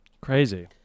Crazy